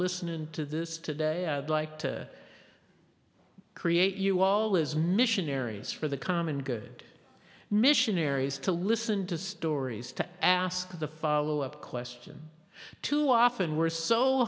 listening to this today like to create you all as missionaries for the common good missionaries to listen to stories to ask the follow up question too often we're so